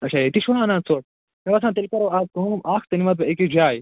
آچھا ییٚتی چھُوا اَنان ژوٚٹ مےٚ باسان تیٚلہِ کَرو آز کٲم اَکھ ژٕ نِمتھ بہٕ أکِس جایہِ